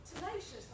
tenacious